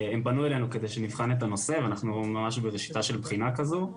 הם פנו אלינו כדי שנבחן את הנושא ואנחנו ממש בראשיתה של בחינה כזו.